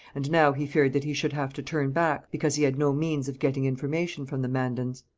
and now he feared that he should have to turn back, because he had no means of getting information from the mandans.